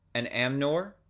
and amnor,